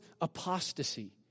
apostasy